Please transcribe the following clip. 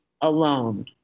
alone